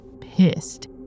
pissed